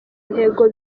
ntego